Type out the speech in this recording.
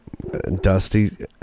Dusty